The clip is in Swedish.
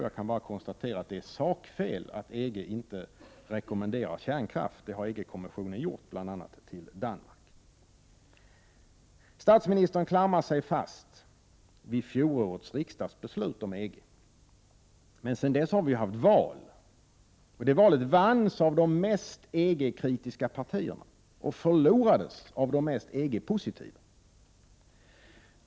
Jag kan bara konstatera att det är ett sakfel att säga att EG inte rekommenderar kärnkraft. Det är ju vad EG-kommissionen har gjort bl.a. när det gäller Danmark. Statsministern klamrar sig fast vid fjolårets riksdagsbeslut om EG. Men sedan dess har det varit val. I det valet vann de mest EG-kritiska partierna, och de mest EG-positiva förlorade.